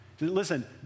Listen